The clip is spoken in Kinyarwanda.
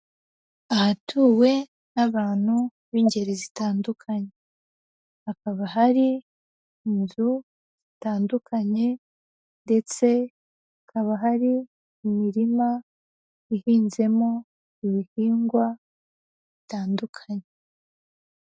Ahatuwe n'abantu b'ingeri zitandukanye, hakaba hari inzu zitandukanye ndetse hakaba hari imirima ihinzemo ibihingwa bitandukanye.